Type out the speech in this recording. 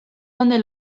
donde